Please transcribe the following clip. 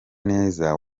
neza